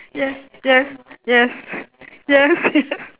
yes yes yes yes yes